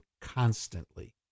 constantly